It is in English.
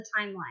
timeline